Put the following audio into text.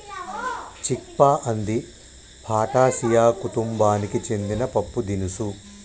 చిక్ పా అంది ఫాటాసియా కుతుంబానికి సెందిన పప్పుదినుసు